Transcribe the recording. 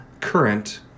current